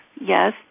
yes